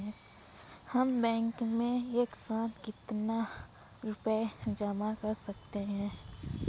हम बैंक में एक साथ कितना रुपया जमा कर सकते हैं?